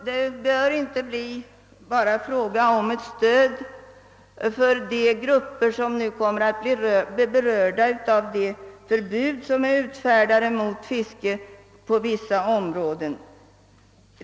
Det bör inte bara bli fråga om ett stöd åt de grupper som nu kommer att bli berörda av de förbud som är utfärdade mot fiske i vissa områden.